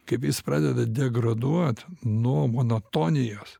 kaip jis pradeda degraduot nuo monotonijos